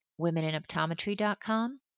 womeninoptometry.com